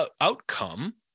outcome